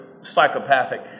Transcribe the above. psychopathic